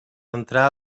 entrar